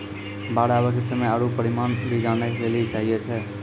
बाढ़ आवे के समय आरु परिमाण भी जाने लेली चाहेय छैय?